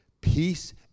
peace